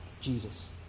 Jesus